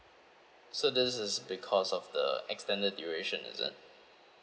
so this is because of the extended duration is it